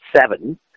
seven